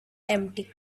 empty